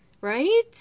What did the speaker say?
right